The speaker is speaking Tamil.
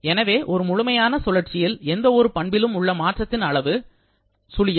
எனவே ஒரு முழுமையான சுழற்சியில் எந்த ஒரு பண்பிலும் உள்ள மாற்றத்தின் அளவு 0